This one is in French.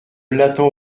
l’attends